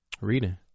Reading